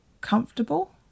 comfortable